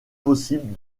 possible